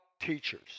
teachers